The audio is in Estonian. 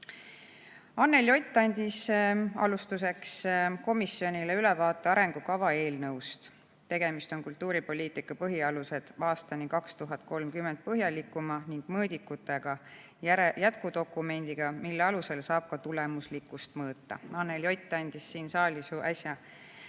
Ott andis alustuseks komisjonile ülevaate arengukava eelnõust. Tegemist on "Kultuuripoliitika põhialused aastani 2030" põhjalikuma ning mõõdikutega jätkudokumendiga, mille alusel saab ka tulemuslikkust mõõta. Anneli Ott andis siin saalis äsja